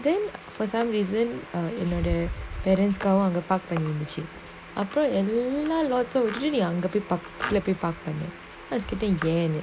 then for some reason err in our parents car [one] the park in machine upper and really lah lots of really younger people park like park in there that's keeping there